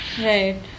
right